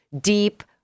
deep